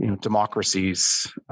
democracies